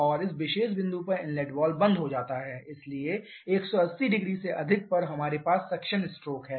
और इस विशेष बिंदु पर इनलेट वाल्व बंद हो जाता है इसलिए 1800 से अधिक पर हमारे पास सक्शन स्ट्रोक है